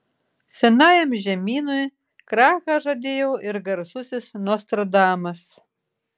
senajam žemynui krachą žadėjo ir garsusis nostradamas